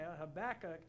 Habakkuk